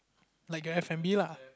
like an F-and-B lah